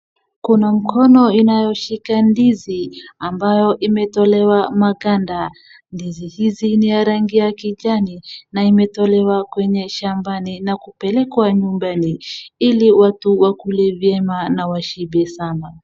Kuna mkono inayoshika ndizi ambayo imetolewa maganda. Ndizi hizi ni ya rangi ya kijani na imetolewa kwenye shambani na kupelekwa nyumbani ili watu wakule vyema na washibe sana.